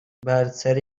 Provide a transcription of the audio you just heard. برتری